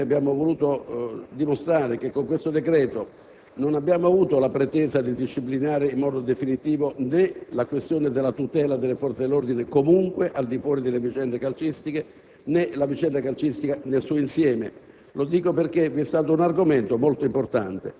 soprattutto dei parlamentari. In altri termini, abbiamo voluto dimostrare che con questo decreto non abbiamo avuto la pretesa di disciplinare, in modo definitivo, né la questione della tutela delle forze dell'ordine comunque al di fuori delle vicende calcistiche, né la vicenda calcistica nel suo insieme.